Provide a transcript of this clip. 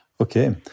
Okay